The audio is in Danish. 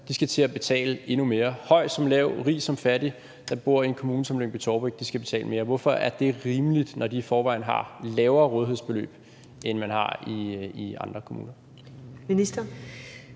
skal til at betale endnu mere? Høj som lav, rig som fattig, der bor i en kommune som Lyngby-Taarbæk skal betale mere. Hvorfor er det rimeligt, når de i forvejen har et lavere rådighedsbeløb, end man har i andre kommuner?